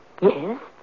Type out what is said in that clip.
Yes